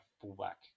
fullback